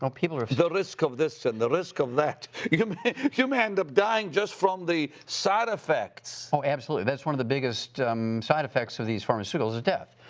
um people are. the risk of this and the risk of that. you you may end up dying just from the side effects. oh, absolutely, that's one of the biggest side effects of these pharmaceuticals, is death.